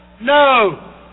No